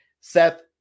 Seth